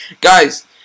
Guys